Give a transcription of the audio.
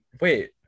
Wait